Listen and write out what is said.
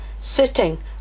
sitting